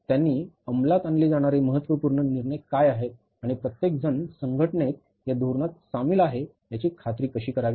त्यांनी अंमलात आणले जाणारे महत्त्वपूर्ण निर्णय काय आहेत आणि प्रत्येकजण संघटनेत या धोरणात सामील आहे याची खात्री कशी करावी